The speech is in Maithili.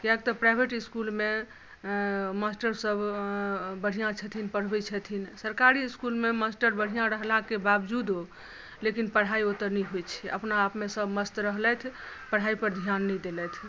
किएक तऽ प्राइवेट इसकुलमे मास्टर सब बढ़ियाॅं छथिन पढबै छथिन सरकारी इसकुलमे मास्टर बढ़ियाॅं रहलाक बावजूदो लेकिन पढ़ाई ओतऽ नहि होइ छै अपना आपमे सब मस्त रहलथि पढ़ाई पर ध्यान नहि देलथि